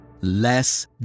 Less